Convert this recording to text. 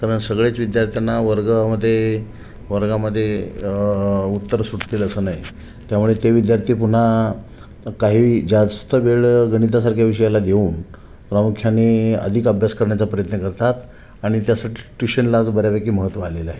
कारण सगळ्याच विद्यार्थ्यांना वर्गामध्ये वर्गामध्ये उत्तरं सुटतील असं नाही त्यामुळे ते विद्यार्थी पुन्हा काही जास्त वेळ गणितासारख्या विषयाला घेऊन प्रामुख्याने अधिक अभ्यास करण्याचा प्रयत्न करतात आणि त्यासाठी ट्यूशनला आज बऱ्यापैकी महत्त्व आलेलं आहे